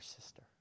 sister